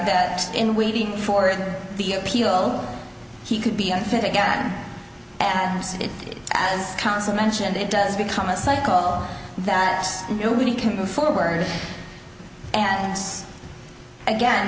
that in waiting for the appeal he could be unfit again as soon as counsel mentioned it does become a cycle that nobody can move forward and again